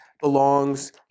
belongs